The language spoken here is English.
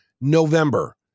November